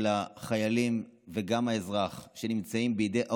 החיילים וגם האזרח שנמצאים בידי האויב.